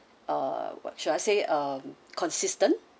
uh what should I say a consistent